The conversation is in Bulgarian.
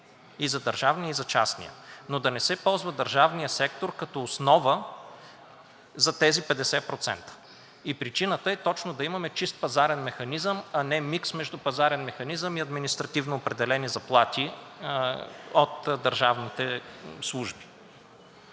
и за държавния, и за частния, но да не се ползва държавният сектор като основа за тези 50% и причината е точно да имаме чист пазарен механизъм, а не микс между пазарен механизъм и административно определени заплати от държавните служби.